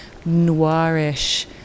noirish